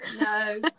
No